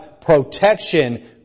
protection